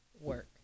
work